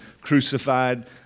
crucified